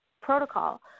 protocol